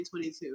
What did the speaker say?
2022